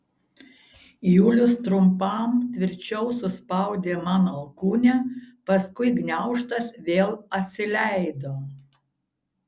julius trumpam tvirčiau suspaudė man alkūnę paskui gniaužtas vėl atsileido